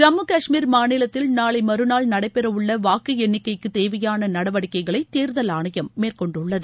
ஜம்மு காஷ்மீர் மாநிலத்தில் நாளை மறுநாள் நடைபெறவுள்ள வாக்கு எண்ணிக்கைக்கு தேவையான நடவடிக்கைகளை தேர்தல் ஆணையம் மேற்கொண்டுள்ளது